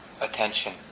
attention